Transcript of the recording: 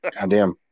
Goddamn